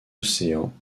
océans